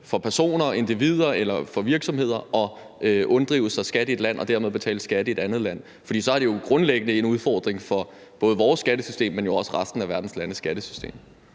for personer og individer eller virksomheder at unddrage sig skat i ét land og dermed betale skat i et andet land? For så er det grundlæggende en udfordring for både vores skattesystem, men jo også resten af verdens landes skattesystemer.